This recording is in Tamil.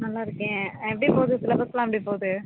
நல்லாயிருக்கேன் எப்படி போகுது சிலபஸெல்லாம் எப்படி போகுது